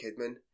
Kidman